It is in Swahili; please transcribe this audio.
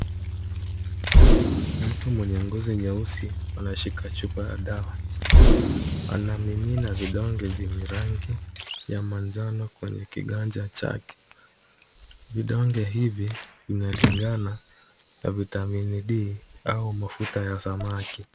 Mtu mwenye ngozi nyeusi, anashika chupa ya dawa. Anamimina vidonge vyenye rangi ya manjano, kwenye kiganja chake. Vidonge hivi vinalingana na vitamini D, au mafuta ya samaki.